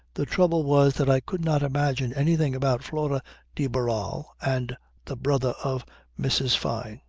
the trouble was that i could not imagine anything about flora de barral and the brother of mrs. fyne.